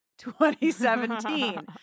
2017